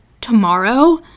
tomorrow